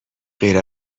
غیر